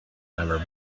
never